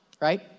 right